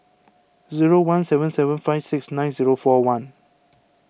zero one seven seven five six nine zero four one